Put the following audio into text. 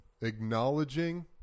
Acknowledging